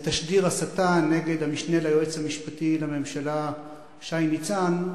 תשדיר הסתה נגד המשנה ליועץ המשפטי לממשלה שי ניצן,